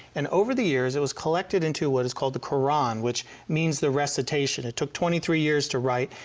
and over the years it was collected into what is called the quran which means the recitation. it took twenty three years to write.